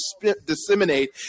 disseminate